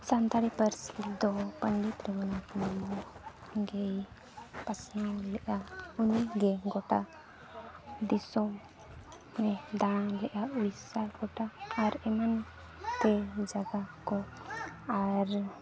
ᱥᱟᱱᱛᱟᱲᱤ ᱯᱟᱹᱨᱥᱤ ᱫᱚ ᱯᱚᱸᱰᱤᱛ ᱨᱚᱜᱷᱩᱱᱟᱛᱷ ᱢᱩᱨᱢᱩ ᱜᱮᱭ ᱯᱟᱥᱱᱟᱣ ᱞᱮᱫᱟ ᱩᱱᱜᱮ ᱜᱳᱴᱟ ᱫᱤᱥᱚᱢᱮ ᱫᱟᱬᱟ ᱞᱮᱫᱟ ᱩᱲᱤᱥᱥᱟ ᱜᱳᱴᱟ ᱟᱨ ᱮᱢᱟᱱ ᱛᱮ ᱡᱟᱭᱜᱟ ᱠᱚ ᱟᱨ